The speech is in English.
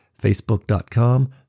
Facebook.com